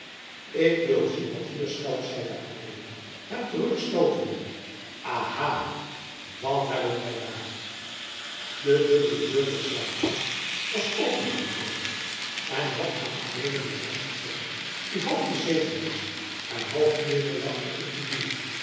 ik wil zien wat hier schuilt zeide adeelen hem terugstootende aha wat hebben wij daar de dubbele deur der slaapplaats was opengevlogen en had aan adeelen een man vertoond die half gezeten was en half nederlag op een